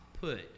put